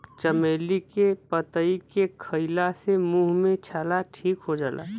चमेली के पतइ के खईला से मुंह के छाला ठीक हो जाला